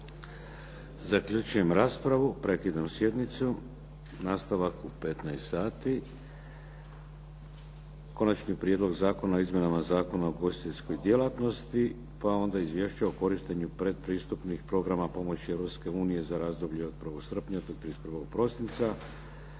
Zaključujem raspravu. Prekidam sjednicu. Nastavak je u 15 sati Konačni prijedlog zakona o izmjenama Zakona o ugostiteljskoj djelatnosti, pa onda Izvješće o korištenju pretpristupnih programa pomoći Europske unije za razdoblje od 1. srpnja do 31. prosinca,